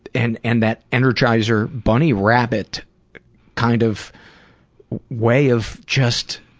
and and that energizing bunny rabbit kind of way of just